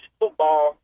football